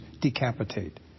decapitate